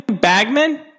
Bagman